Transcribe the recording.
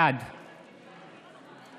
בעד